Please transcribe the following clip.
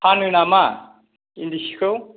फाननो नामा इन्दि सिखौ